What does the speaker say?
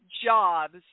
jobs